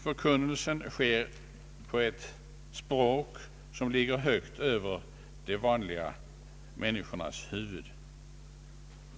Förkunnelsen sker på ett språk som ligger skyhögt över de vanliga människornas huvuden.